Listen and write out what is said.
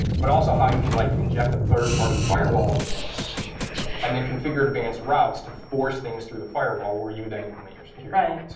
but also how you can like inject a third party firewall in the mix and then configure advanced routes to force things through the firewall, where you then implement your security policy.